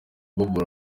bagiye